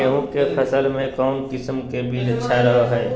गेहूँ के फसल में कौन किसम के बीज अच्छा रहो हय?